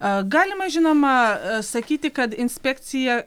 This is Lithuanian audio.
galima žinoma sakyti kad inspekcija